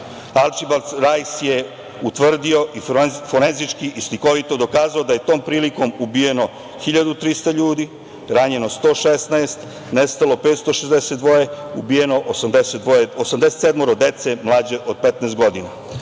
Rajs je utvrdio i forenzički i slikovito dokazao da je tom prilikom ubijeno 1.300 ljudi, ranjeno 116, nestalo 562, ubijeno 87 dece mlađe od 15 godina. Samo